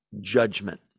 judgment